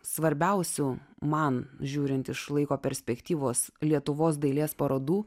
svarbiausių man žiūrint iš laiko perspektyvos lietuvos dailės parodų